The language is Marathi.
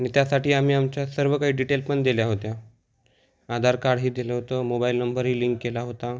आणि त्यासाठी आम्ही आमच्या सर्व काही डिटेल पण दिल्या होत्या आधार कार्डही दिलं होतं मोबाईल नंबरही लिंक केला होता